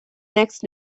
next